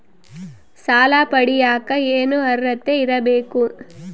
ಸಾಲ ಪಡಿಯಕ ಏನು ಅರ್ಹತೆ ಇರಬೇಕು?